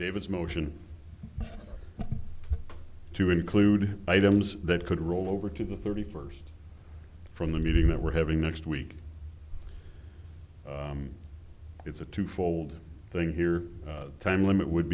david's motion to include items that could roll over to the thirty first from the meeting that we're having next week it's a two fold thing here time limit would